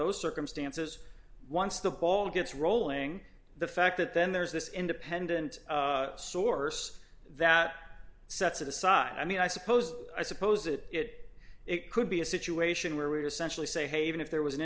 those circumstances once the ball gets rolling the fact that then there's this independent source that sets it aside i mean i suppose i suppose it it it could be a situation where we are centrally say hey even if there was an